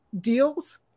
deals